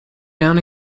down